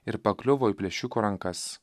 ir pakliuvo į plėšikų rankas